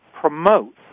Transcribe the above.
promote